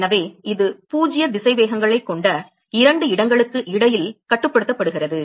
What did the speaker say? எனவே இது பூஜ்ஜிய திசைவேகங்களைக் கொண்ட இரண்டு இடங்களுக்கு இடையில் கட்டுப்படுத்தப்படுகிறது